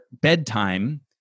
bedtime